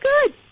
good